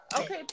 Okay